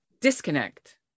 disconnect